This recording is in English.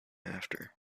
after